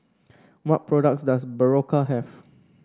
what products does Berocca have